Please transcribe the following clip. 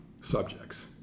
subjects